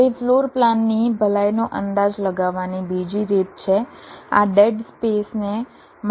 હવે ફ્લોર પ્લાનની ભલાઈનો અંદાજ લગાવવાની બીજી રીત છે આ ડેડ સ્પેસ ને માપવા દ્વારા છે